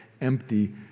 empty